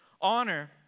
Honor